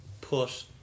put